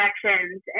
connections